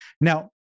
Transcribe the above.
Now